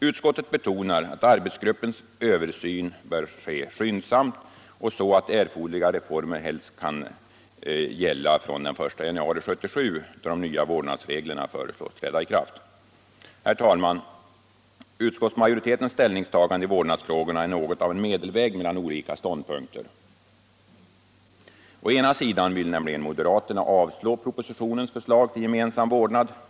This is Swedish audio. Utskottet betonar att arbetsgruppens översyn bör ske skyndsamt och så att erforderliga reformer helst kan gälla från den 1 januari 1977, då de nya vårdnadsreglerna föreslås träda i kraft. Herr talman! Utskottsmajoritetens ställningstagande i vårdnadsfrågorna är något av en medelväg mellan olika ståndpunkter. Å ena sidan vill nämligen moderaterna avslå propositionens förslag till gemensam vårdnad.